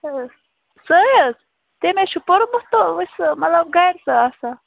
چلو سُے حظ تٔمۍ حظ چھِ پوٚرمُت تہٕ وۅنۍ چھِ سُہ مطلب گَرِ چھِ سۅ آسان